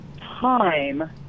time